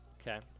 Okay